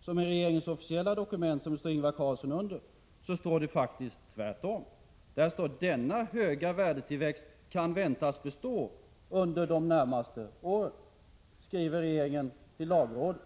som är regeringens officiella dokument och som Ingvar Carlsson har skrivit under, står det faktiskt tvärtom. Där står det att denna höga värdetillväxt kan väntas bestå under de närmaste åren. Detta skriver alltså regeringen till lagrådet.